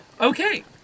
Okay